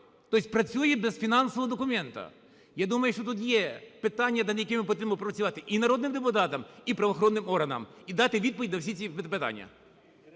тобто працює без фінансового документу. Я думаю, що тут є питання, над якими потрібно працювати і народним депутатам, і правоохоронним органам, і дати відповідь на всі ці питання.